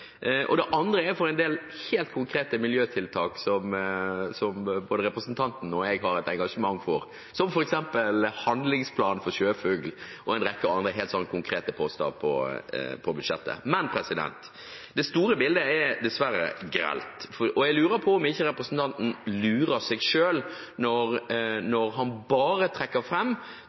og det andre er en del helt konkrete miljøtiltak som både representanten og jeg har et engasjement for, som f.eks. handlingsplan for sjøfugl og en rekke andre helt konkrete poster på budsjettet. Men det store bildet er dessverre grelt. Jeg lurer på om ikke representanten lurer seg selv når han bare trekker